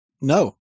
No